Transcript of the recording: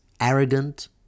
arrogant